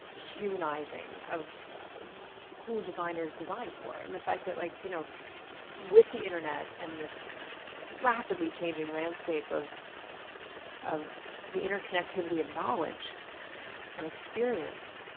humanizing of who designers design for and the fact that like you know with the internet and this rapidly changing landscape of of the interconnectivity of knowledge and experience,